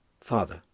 Father